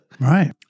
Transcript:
Right